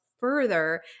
further